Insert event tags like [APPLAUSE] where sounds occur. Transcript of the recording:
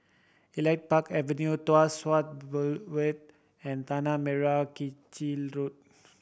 Elite Park Avenue Tuas [UNINTELLIGIBLE] Boulevard and Tanah Merah Kechil Road